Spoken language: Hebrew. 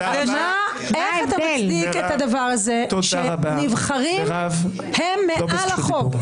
איך אתה מצדיק את הדבר הזה שנבחרים הם מעל החוק,